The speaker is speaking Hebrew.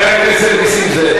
חבר הכנסת נסים זאב.